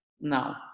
now